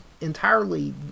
entirely